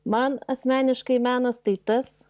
man asmeniškai menas tai tas